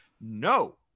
no